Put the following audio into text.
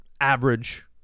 average